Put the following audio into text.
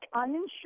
uninsured